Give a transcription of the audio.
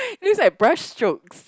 seems like breast stroke